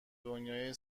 دنیای